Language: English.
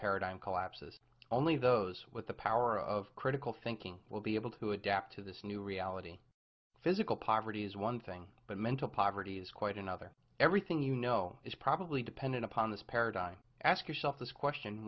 paradigm collapses only those with the power of critical thinking will be able to adapt to this new reality physical poverty is one thing but mental poverty is quite another everything you know is probably dependent upon this paradigm ask yourself this question